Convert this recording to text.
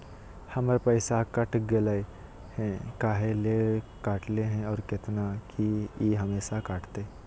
हमर पैसा कट गेलै हैं, काहे ले काटले है और कितना, की ई हमेसा कटतय?